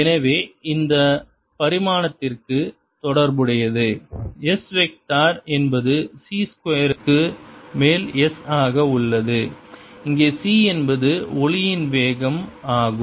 எனவே இது இந்த பரிமாணத்திற்கு தொடர்புடையது S வெக்டார் என்பது c ஸ்கொயர் க்கு மேல் S ஆக உள்ளது இங்கே c என்பது ஒளியின் வேகம் ஆகும்